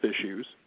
issues